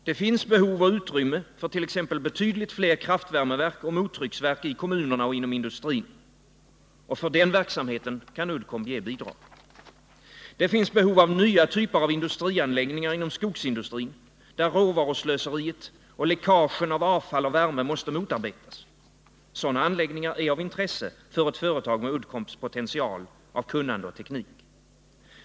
Det finns behov och utrymme fört.ex. fler kraftvärmeverk och mottrycksverk i kommunerna och inom industrin. För den verksamheten kan Uddcomb ge bidrag. ö Det finns behov av nya typer av industrianläggningar inom skogsindustrin, där råvaruslöseriet och läckagen av avfall och värme måste motarbetas. Sådana anläggningar är av intresse för ett företag med Uddcombs potential av kunnande och teknik.